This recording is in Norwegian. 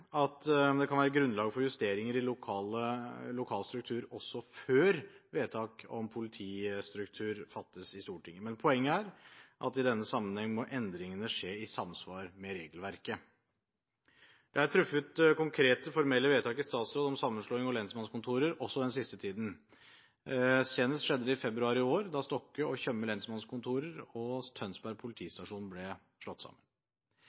at det kan være grunnlag for justeringer i lokal struktur også før vedtak om politistruktur fattes i Stortinget, men poenget er at i denne sammenheng må endringene skje i samsvar med regelverket. Jeg har truffet konkrete, formelle vedtak i statsråd om sammenslåing av lensmannskontorer også den siste tiden. Senest skjedde det i februar i år, da Stokke og Tjøme lensmannskontorer og Tønsberg politistasjon ble slått sammen.